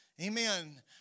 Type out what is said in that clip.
Amen